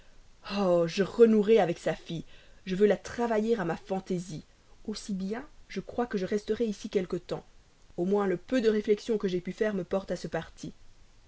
oh je renouerai avec sa fille je veux la travailler à ma fantaisie aussi bien je crois que je resterai ici quelque temps au moins le peu de réflexions que j'ai pu faire me porte à ce parti